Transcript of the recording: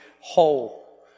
whole